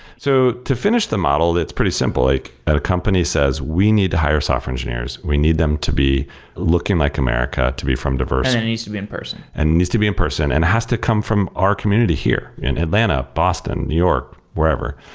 so to finish the model, that's pretty simple. like a company says, we need to hire software engineers. we need them to be looking like america to be from diverse and it needs to be in-person. and it needs to be in-person and has to come from our community here in atlanta, boston, new york, wherever.